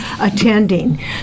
attending